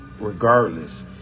regardless